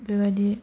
बेबायदि